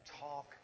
talk